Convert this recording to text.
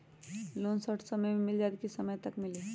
Loan short समय मे मिल जाएत कि लोन समय तक मिली?